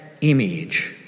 image